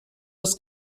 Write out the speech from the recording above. das